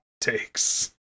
takes